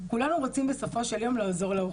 כולנו רוצים בסופו של דבר לעזור לאוכלוסייה.